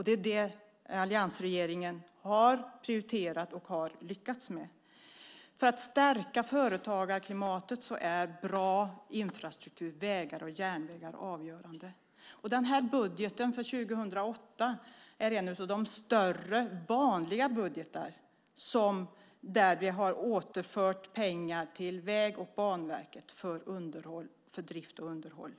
Det är det alliansregeringen har prioriterat och har lyckats med. För att stärka företagarklimatet är bra infrastruktur, vägar och järnvägar, avgörande. Budgeten för 2008 är en av de större vanliga budgetarna där vi har återfört pengar till Vägverket och Banverket för drift och underhåll.